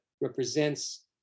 represents